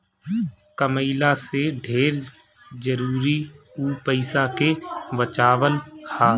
कमइला से ढेर जरुरी उ पईसा के बचावल हअ